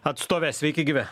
atstove sveiki gyvi